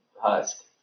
husk